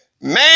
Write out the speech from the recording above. man